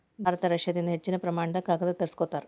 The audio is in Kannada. ಭಾರತ ರಷ್ಯಾದಿಂದ ಹೆಚ್ಚಿನ ಪ್ರಮಾಣದಾಗ ಕಾಗದಾನ ತರಸ್ಕೊತಾರ